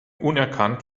unerkannt